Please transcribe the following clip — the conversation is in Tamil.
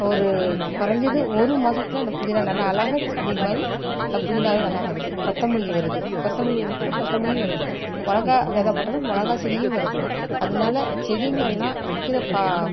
ஒரு குறஞ்சது ஒரு மாசத்தில் அந்த புதினா நல்லா அழகாக செடி மாதிரி நல்ல புதினாவே நல்லாவருது கொத்தமல்லி வருது கொத்தமல்லி போட்டா கொத்தமல்லி வருது மிளகா விதை போட்டா மிளகா செடியும் வருது அதனால செடிங்களெல்லாம் வைக்கிர பா